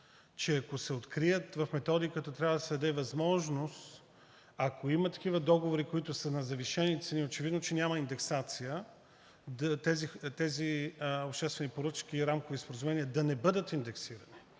че ако се открият, в методиката трябва да се даде възможност, ако има такива договори, които са на завишени цени, очевидно, че няма индексация, тези обществени поръчки и рамкови споразумения да не бъдат индексирани.